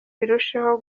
birusheho